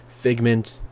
Figment